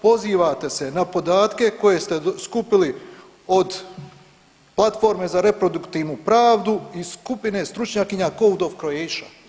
Pozivate se na podatke koje ste skupili od platforme za reproduktivnu pravdu i skupine stručnjakinja Code for Croatia.